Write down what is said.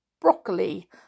broccoli